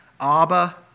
Abba